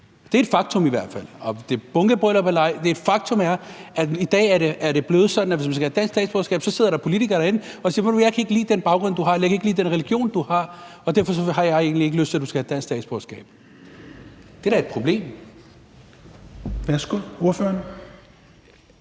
Det er et faktum i hvert fald. Om det er bunkebryllup eller ej, ved jeg ikke, men faktum er, at det i dag er blevet sådan, at hvis man skal have dansk statsborgerskab, sidder der politikere og siger: Jeg kan ikke lide den baggrund, du har, eller jeg kan ikke lide den religion, du har, og derfor har jeg egentlig ikke lyst til, at du skal have dansk statsborgerskab. Det er da et problem. Kl. 17:47 Fjerde